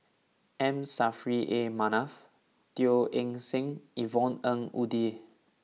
M Saffri A Manaf Teo Eng Seng Yvonne Ng Uhde